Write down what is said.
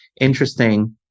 interesting